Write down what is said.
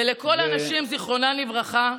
ולכל הנשים, זיכרונן לברכה.